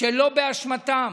שלא באשמתם,